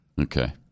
Okay